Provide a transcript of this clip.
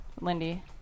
Lindy